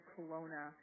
Kelowna